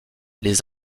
les